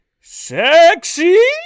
Sexy